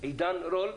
עידן רול למשל,